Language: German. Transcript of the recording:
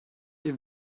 ihr